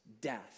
death